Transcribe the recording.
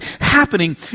happening